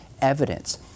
evidence